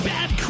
Bad